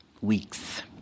weeks